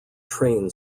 train